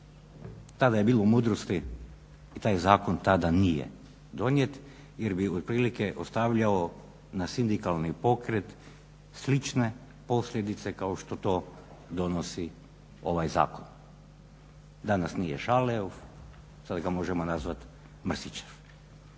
Tada je bilo mudrosti i taj zakon tada nije donijet jer bi otprilike ostavljao na sindikalni pokret slične posljedice kao što to donosi ovaj zakon. Danas nije Šaleov, sada ga možemo nazvati Mrsićev.